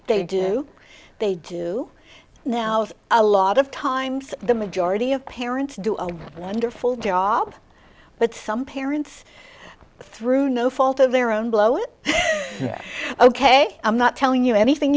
they do they do now a lot of times the majority of parents do a wonderful job but some parents through no fault of their own blow it ok i'm not telling you anything